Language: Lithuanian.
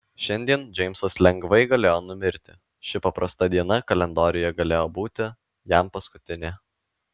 šiandien džeimsas lengvai galėjo numirti ši paprasta diena kalendoriuje galėjo būti jam paskutinė